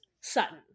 Sutton